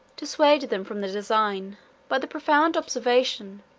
dissuaded them from the design by the profound observation,